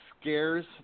scares